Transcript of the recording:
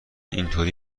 اینطوری